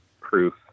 proof